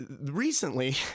recently